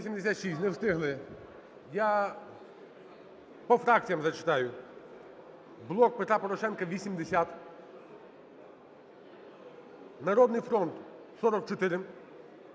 Не встигли. Я по фракціям зачитаю. "Блок Петра Порошенка" – 80, "Народний фронт"